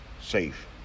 safe